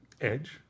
Edge